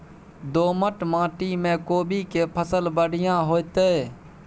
दोमट माटी में कोबी के फसल बढ़ीया होतय?